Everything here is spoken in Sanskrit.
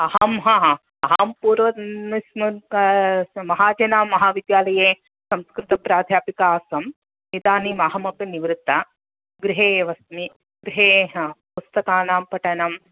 अहं हा हा अहं पूर्वे महाजना महाविद्यालये संस्कृतप्राध्यापिका आसम् इदानीम् अहमपि निवृत्ता गृहे एव अस्मि गृहे पुस्तकानां पठनं